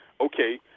Okay